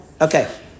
Okay